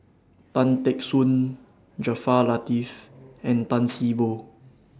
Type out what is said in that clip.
Tan Teck Soon Jaafar Latiff and Tan See Boo